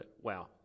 Wow